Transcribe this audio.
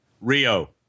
Rio